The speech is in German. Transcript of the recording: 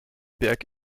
berg